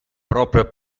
proprio